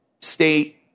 state